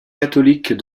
catholiques